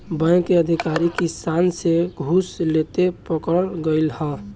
bank के अधिकारी किसान से घूस लेते पकड़ल गइल ह